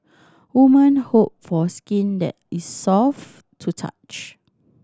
women hope for skin that is soft to touch